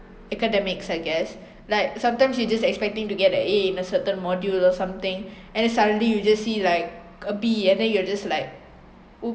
academics I guess like sometimes you just expecting to get a A in a certain module or something and then suddenly you just see like a B and then you’re just like !oops!